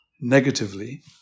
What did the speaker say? negatively